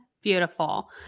beautiful